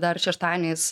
dar šeštadieniais